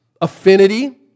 affinity